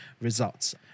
results